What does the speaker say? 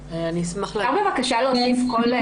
אני רוצה לומר משהו שמתייחס גם לדברים של רות.